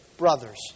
Brothers